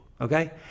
okay